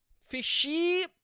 fishy